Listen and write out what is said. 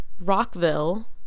Rockville